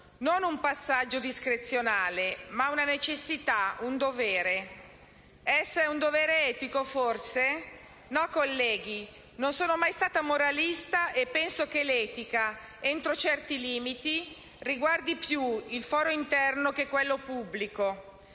Non un passaggio discrezionale, ma una necessità, un dovere. È forse un dovere etico? No, colleghi, non sono mai stata moralista e penso che l'etica - entro certi limiti - riguardi più il foro interno che quello pubblico.